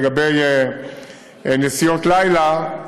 לגבי נסיעות לילה,